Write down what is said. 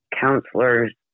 counselors